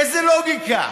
איזו לוגיקה?